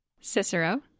Cicero